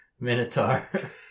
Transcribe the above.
Minotaur